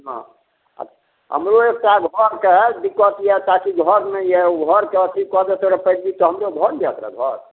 हँ हमरो एकटा घरके दिक्कत यऽ ताकि घर नहि यऽ ओ घर कऽ अथी कऽ देतै रऽ पैरवी तऽ हमरो भऽ ने जाइत ने घर